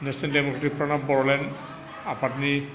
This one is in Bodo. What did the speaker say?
national Democratic Front of Bodoland आफादनि